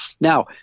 Now